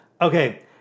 Okay